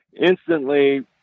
instantly